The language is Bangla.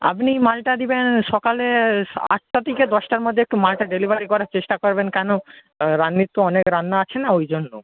আপনি মালটা দেবেন সকালে আটটা থেকে দশটার মধ্যে একটু মালটা ডেলিভারি করবার চেষ্টা করবেন কেন রাঁধুনির তো অনেক রান্না আছে না ওই জন্য